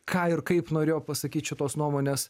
ką ir kaip norėjo pasakyt šitos nuomonės